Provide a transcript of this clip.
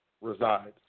resides